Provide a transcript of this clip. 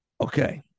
Okay